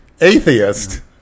Atheist